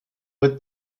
with